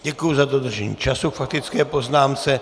Děkuji za dodržení času k faktické poznámce.